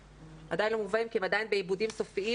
שעדיין לא מובאים כי הם עדיין בעיבודים סופיים,